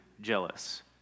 jealous